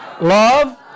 love